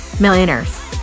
millionaires